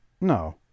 no